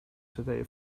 today